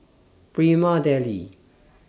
Prima Deli